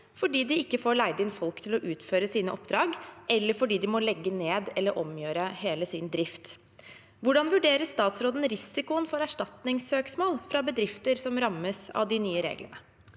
fordi de ikke får leid inn folk til å utføre sine oppdrag, eller fordi de må legge ned eller omgjøre hele sin drift. Hvordan vurderer statsråden risikoen for erstatningssøksmål fra bedrifter som rammes av de nye reglene?